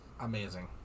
Amazing